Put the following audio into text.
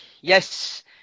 Yes